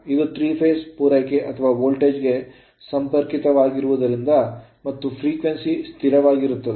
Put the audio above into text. ಇದು 3 phase ಪೂರೈಕೆ ಅಥವಾ ವೋಲ್ಟೇಜ್ ಗೆ ಸಂಪರ್ಕಿತವಾಗಿರುವುದರಿಂದ ಮತ್ತು frequency ಆವರ್ತನವು ಸ್ಥಿರವಾಗಿರುತ್ತದೆ